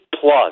plus